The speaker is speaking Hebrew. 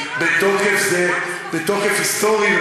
בתוקף היסטורי,